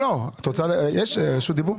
את רוצה רשות דיבור.